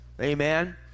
Amen